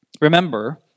Remember